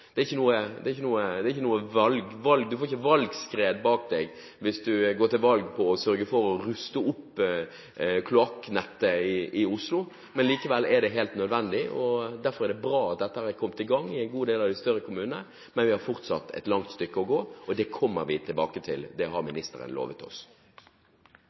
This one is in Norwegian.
du får ikke valgskred bak deg hvis du går til valg på å sørge for å ruste opp kloakknettet i Oslo. Likevel er det helt nødvendig. Derfor er det bra dette er kommet i gang i en god del av de større kommunene, men vi har fortsatt et langt stykke å gå. Det kommer vi tilbake til, det har ministeren lovet oss.